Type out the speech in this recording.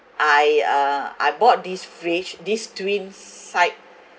I uh I bought these fridge this twin side